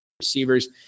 receivers